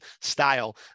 style